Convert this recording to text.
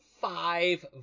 five